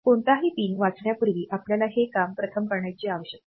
कोणताही पिन वाचण्यापूर्वी आपल्याला हे काम प्रथम करण्याची आवश्यकता आहे